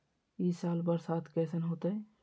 ई साल बरसात कैसन होतय?